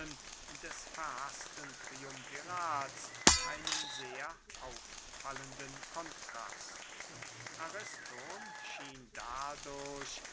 des verhaßten triumvirats einen sehr auffallenden kontrast ariston schien dadurch